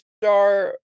star